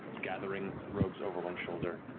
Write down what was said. gathering robes over one shoulder,